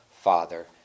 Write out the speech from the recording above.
Father